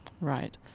Right